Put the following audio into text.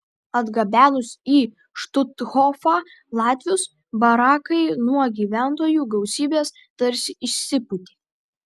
atgabenus į štuthofą latvius barakai nuo gyventojų gausybės tarsi išsipūtė